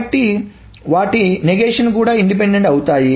కాబట్టి వాటి నగేష్షన్ కూడా ఇండిపెండెంట్ అవుతాయి